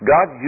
God